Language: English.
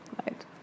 right